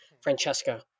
Francesca